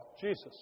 Jesus